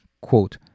Quote